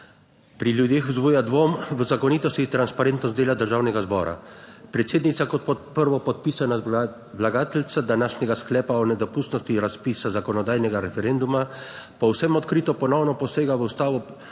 pri ljudeh vzbuja dvom v zakonitost in transparentnost dela državnega zbora. Predsednica kot prvopodpisana predlagateljica današnjega sklepa o nedopustnosti razpisa zakonodajnega referenduma, povsem odkrito ponovno posega v ustavo,